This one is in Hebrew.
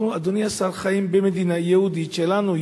אנחנו, אדוני השר, חיים במדינה יהודית שלנו.